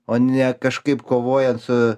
o ne kažkaip kovojan su